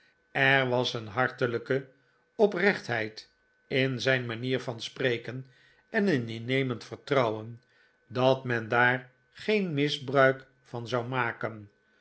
er was een hartelijke oprechtheid in zijn manier van spreken en een innemend vertrouwen dat men daar geen misbruik van zou maken